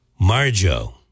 Marjo